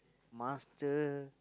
Master